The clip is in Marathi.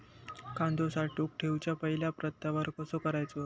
कांदो साठवून ठेवुच्या पहिला प्रतवार कसो करायचा?